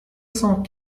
cent